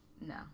No